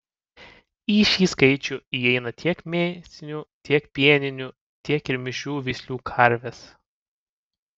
į šį skaičių įeina tiek mėsinių tiek pieninių tiek ir mišrių veislių karvės